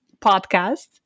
podcast